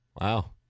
Wow